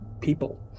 people